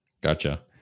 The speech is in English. Gotcha